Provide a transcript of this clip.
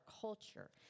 culture